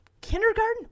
kindergarten